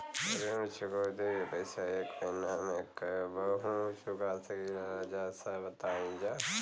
ऋण चुकौती के पैसा एक महिना मे कबहू चुका सकीला जा बताईन जा?